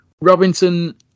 Robinson